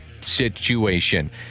situation